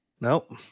Nope